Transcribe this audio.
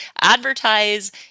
advertise